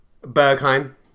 Bergheim